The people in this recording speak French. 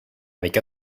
avec